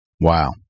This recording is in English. Wow